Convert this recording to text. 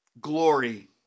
glory